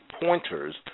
pointers